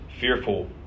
fearful